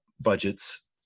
budgets